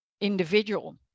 individual